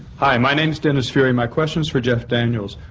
hi. my name is dennis fury. my question is for jeff daniels.